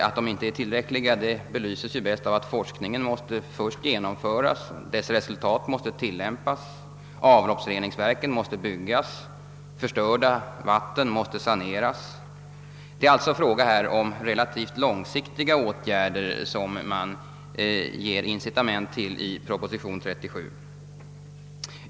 Att de inte är tillräckliga belyses bäst av att forskningen först måste genomföras, dess resultat måste tillämpas, avloppsreningsverken måste byggas, förstörda vatten måste saneras. Det är alltså fråga om relativt långsiktiga åtgärder som man ger incitament till i proposition nr 37.